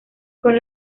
con